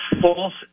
false